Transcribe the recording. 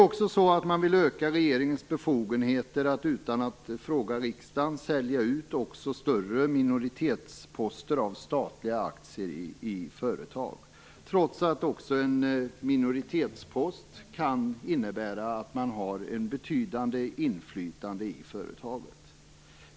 Utskottet vill också öka regeringens befogenheter att utan att fråga riksdagen sälja ut större minoritetsposter av statliga aktier i företag, trots att också en minoritetspost kan innebära att man har ett betydande inflytande i företaget.